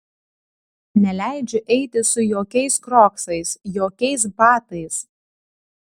neleidžiu eiti su jokiais kroksais jokiais batais